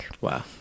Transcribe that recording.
Wow